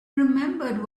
remembered